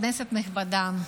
כנסת נכבדה,